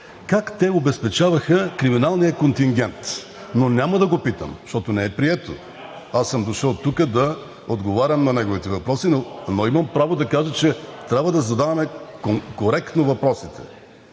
как те обезпечаваха криминалния контингент? Но няма да го питам, защото не е прието. Аз съм дошъл тук да отговарям на неговите въпроси, но имам право да кажа, че трябва да задаваме коректно въпросите,